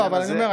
אבל אני אומר,